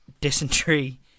dysentery